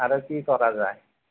আৰু কি কৰা যায়